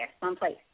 someplace